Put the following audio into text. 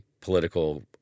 political